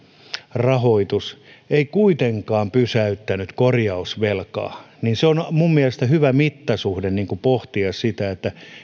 rahoitus ei kuitenkaan pysäyttänyt korjausvelkaa se on mielestäni hyvä mittasuhde pohtia sitä